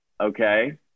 Okay